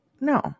No